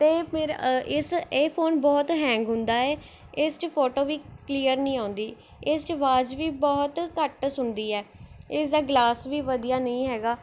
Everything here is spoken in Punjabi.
ਅਤੇ ਫਿਰ ਇਸ ਇਹ ਫ਼ੋਨ ਬਹੁਤ ਹੈਂਗ ਹੁੰਦਾ ਹੈ ਇਸ 'ਚ ਫੋਟੋ ਵੀ ਕਲੀਅਰ ਨਹੀਂ ਆਉਂਦੀ ਇਸ 'ਚ ਆਵਾਜ਼ ਵੀ ਬਹੁਤ ਘੱਟ ਸੁਣਦੀ ਹੈ ਇਸ ਦਾ ਗਲਾਸ ਵੀ ਵਧੀਆ ਨਹੀਂ ਹੈਗਾ